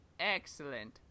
Excellent